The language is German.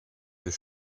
des